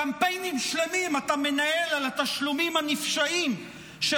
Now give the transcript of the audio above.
קמפיינים שלמים אתה מנהל על התשלומים הנפשעים של